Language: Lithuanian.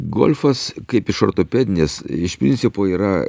golfas kaip iš ortopedinės iš principo yra